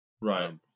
Right